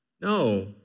No